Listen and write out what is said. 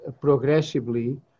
progressively